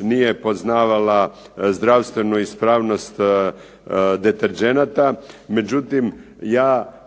nije poznavala zdravstvenu ispravnost deterdženata. Međutim, ja